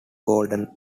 gold